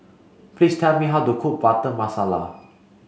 please tell me how to cook butter masala